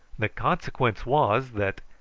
the consequence was that,